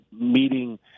meeting